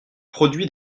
produits